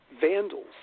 Vandals